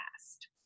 past